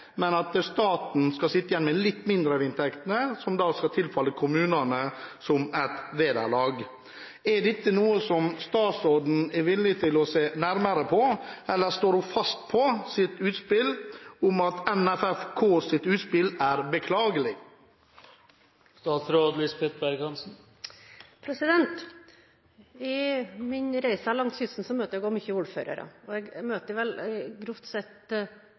men at staten skal sitte igjen med litt mindre av inntektene, som da skal tilfalle kommunene som et vederlag. Er dette noe som statsråden er villig til å se nærmere på, eller står hun fast ved at NFFKs utspill er beklagelig? På mine reiser langs kysten møter jeg mange ordførere, og jeg møter grovt sett